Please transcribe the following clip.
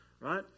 right